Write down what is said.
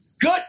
good